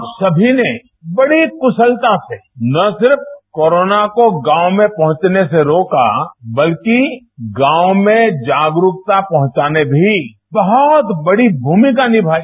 आप सभी ने बड़ी कुशलता से न केवल कोरोना को गांव में पहुंचने से रोका बल्कि गांव में जागरुकता पहंचाने में भी बहत बढ़ी भूमिका निमाई